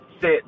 sit